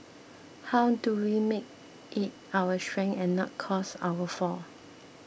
how do we make it our strength and not cause our fall